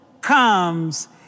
comes